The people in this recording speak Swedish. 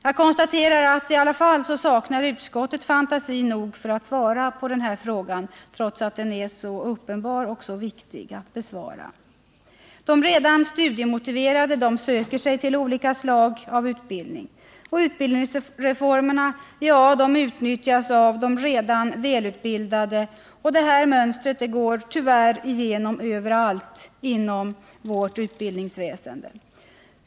Jag konstaterar att utskottet i alla fall saknar fantasi nog för att svara på den frågan, trots att den är så uppenbar och så viktig. Det är de redan studiemotiverade som söker sig till olika slag av utbildning. Utbildningsreformerna utnyttjas av de redan välutbildade, och detta mönster går tyvärr igen överallt inom vårt utbildningsväsende.